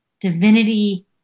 divinity